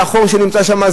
אלא החור שנמצא שם,